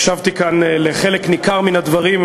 הקשבתי כאן לחלק ניכר מן הדברים,